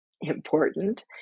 important